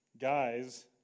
guys